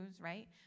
right